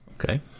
Okay